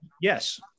yes